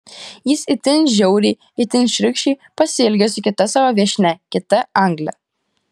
jis itin žiauriai itin šiurkščiai pasielgė su kita savo viešnia kita angle